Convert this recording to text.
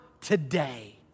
today